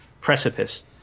precipice